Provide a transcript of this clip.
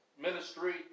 ministry